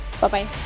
Bye-bye